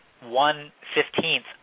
one-fifteenth